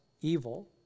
evil